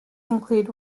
include